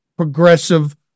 Progressive